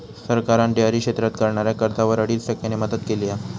सरकारान डेअरी क्षेत्रात करणाऱ्याक कर्जावर अडीच टक्क्यांची मदत केली हा